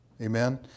Amen